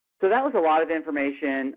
so that was a lot of information